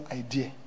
idea